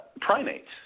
primates